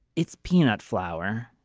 it's peanut flour.